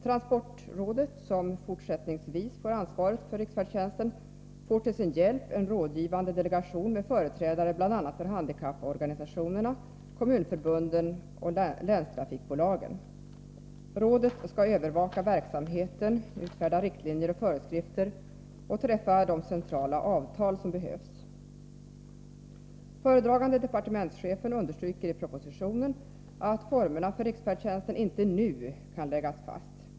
Transportrådet, som fortsättningsvis får ansvaret för riksfärdtjänsten, får till sin hjälp en rådgivande delegation med företrädare bl.a. för handikapporganisationerna, kommunförbunden och länstrafikbolagen. Rådet skall övervaka verksamheten, utfärda riktlinjer och föreskrifter och träffa de centrala avtal som behövs. Föredragande departementschefen understryker i propositionen att formerna för riksfärdtjänsten inte nu kan läggas fast.